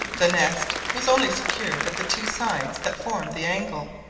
the nest was only secured at the two sides that formed the angle,